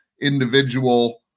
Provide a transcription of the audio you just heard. individual